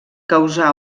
causà